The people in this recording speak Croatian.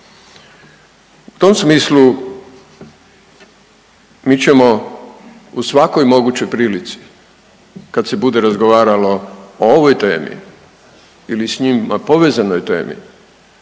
U tom smislu mi ćemo u svakoj mogućoj prilici kad se bude razgovaralo o ovoj temi ili s njim povezanoj temi